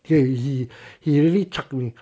!hey! he he really chuck me